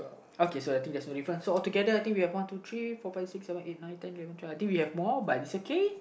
okay so I think that's the really fun so altogether I think we have one two three four five six seven eight nine ten eleven twelve I think we have more but it's okay